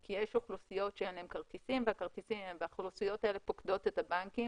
כי יש אוכלוסיות שאין להן כרטיסים והאוכלוסיות האלה פוקדות את הבנקים